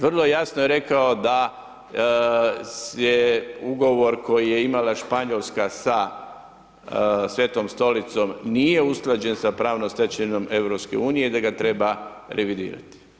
Vrlo jasno je rekao da se ugovor koji je imala Španjolska sa Svetom Stolicom nije usklađen sa pravnom stečevinom EU i da ga treba revidirati.